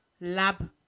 lab